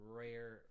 rare